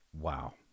Wow